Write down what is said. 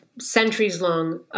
centuries-long